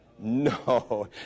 No